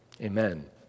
Amen